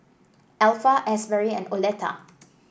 Alpha Asberry and Oleta